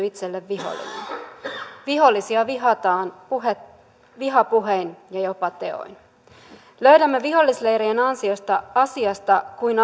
itselle vihollisia vihollisia vihataan vihapuhein ja jopa teoin löydämme vihollisleirien ansiosta asiasta kuin